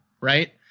right